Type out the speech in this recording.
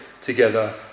together